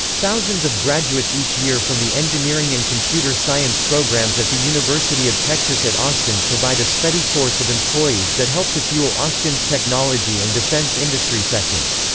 thousands of graduates each year from the engineering and computer science programs at the university of texas at austin provide a steady source of employees that help to fuel austin's technology and defense industry sectors.